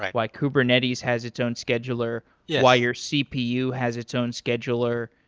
like why kubernetes has its own scheduler, why your cpu has its own scheduler,